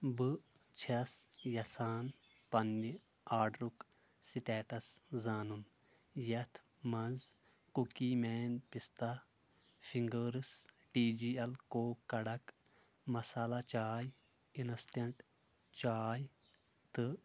بہٕ چھیٚس یژھان پننہِ آرڈرُک سٹیٹس زانُن یتھ منٛز cookie man pista fingers T G L کوک کَڑک مصالہ چاے اِنسٹیٚنٛٹ چاے تہٕ